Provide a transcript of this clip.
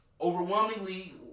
overwhelmingly